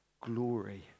glory